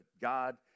God